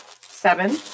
Seven